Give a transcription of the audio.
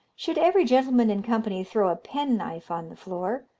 should every gentleman in company throw a penknife on the floor,